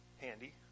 Handy